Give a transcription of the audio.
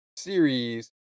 series